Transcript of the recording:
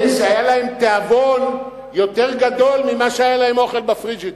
אלה שהיה להם תיאבון יותר גדול ממה שהיה להם אוכל בפריג'ידר.